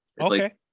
okay